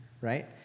right